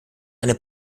eine